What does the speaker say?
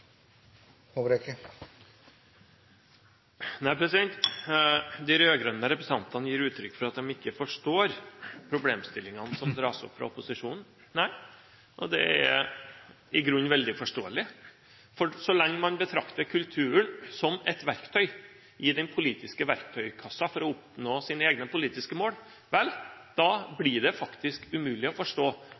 De rød-grønne representantene gir uttrykk for at de ikke forstår problemstillingene som dras opp fra opposisjonen. Nei, det er i grunnen veldig forståelig. For så lenge man betrakter kulturen som et verktøy i den politiske verktøykassa for å oppnå sine egne politiske mål, blir det faktisk umulig å forstå